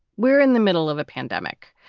we're in the middle of a pandemic.